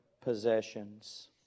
possessions